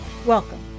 Welcome